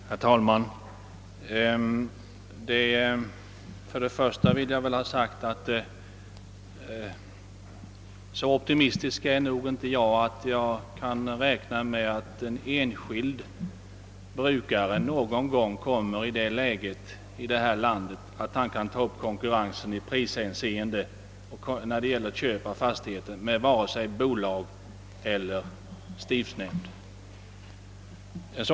Herr talman! Först och främst vill jag framhålla, att så optimistisk är jag för min del inte, att jag vågar räkna med att en enskild brukare här i landet någon gång kommer att kunna ta upp konkurrensen i prishänseende när det gäller köp av fastigheter med vare sig bolag eller stiftsnämnder.